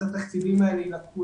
התקציבים האלה יילקחו.